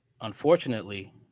unfortunately